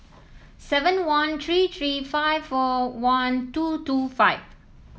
seven one three three five four one two two five